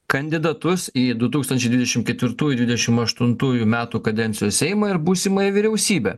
kandidatus į du tūkstančiai dvidešimt ketvirtųjų dvidešimt aštuntųjų metų kadencijos seimą ir būsimąją vyriausybę